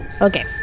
Okay